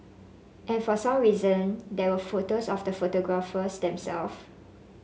and for some reason there were photos of the photographers themselves